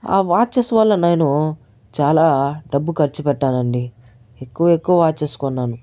ఆ వాచెస్ వల్ల నేను చాలా డబ్బు ఖర్చు పెట్టానండి ఎక్కువ ఎక్కువ వాచెస్ కొన్నాను